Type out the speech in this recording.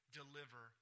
deliver